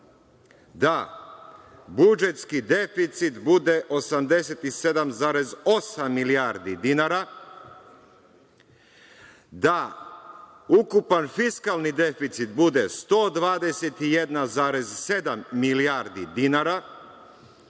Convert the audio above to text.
da budžetski deficit bude 87,8 milijardi dinara, da ukupan fiskalni deficit bude 121,7 milijardi dinara,